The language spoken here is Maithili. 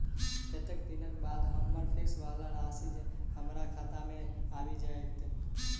कत्तेक दिनक बाद हम्मर फिक्स वला राशि हमरा खाता मे आबि जैत?